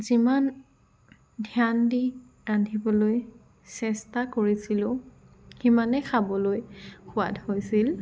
যিমান ধ্যান দি ৰান্ধিবলৈ চেষ্টা কৰিছিলো সিমানে খাবলৈ সোৱাদ হৈছিল